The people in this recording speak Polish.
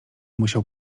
musiał